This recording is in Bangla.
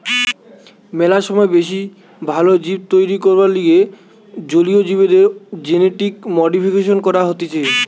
ম্যালা সময় বেশি ভাল জীব তৈরী করবার লিগে জলীয় জীবদের জেনেটিক মডিফিকেশন করা হতিছে